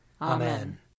Amen